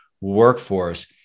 workforce